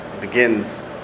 begins